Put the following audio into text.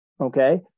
Okay